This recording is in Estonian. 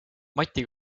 mati